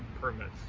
permits